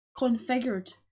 configured